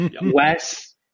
Wes